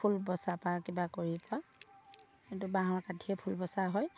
ফুল বচাৰপৰা কিবা কৰাৰপৰা কিন্তু বাঁহৰ কাঠিয়েই ফুল বচা হয়